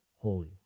Holy